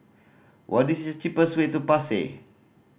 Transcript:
what is the cheapest way to Pasir